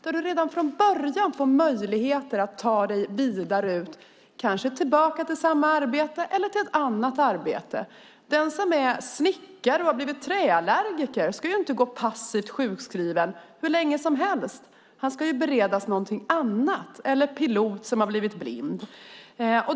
Du ska redan från början få möjligheter att ta dig vidare ut, kanske tillbaka till samma arbete eller till ett annat arbete. Den som är snickare och har blivit träallergiker ska inte gå passivt sjukskriven hur länge som helst. Han ska beredas någonting annat. Detsamma gäller en pilot som har blivit blind.